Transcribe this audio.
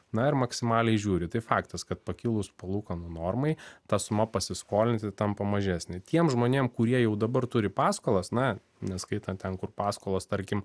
na ir maksimaliai žiūri tai faktas kad pakilus palūkanų normai ta suma pasiskolinti tampa mažesnė tiem žmonėm kurie jau dabar turi paskolas na neskaitant ten kur paskolos tarkim